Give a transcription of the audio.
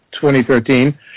2013